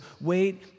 wait